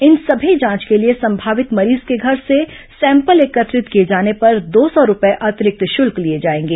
इन सभी जांच के लिए संभावित मरीज के घर से सैंपल एकत्रित किए जाने पर दो सौ रूपये अतिरिक्त शुल्क लिए जाएंगे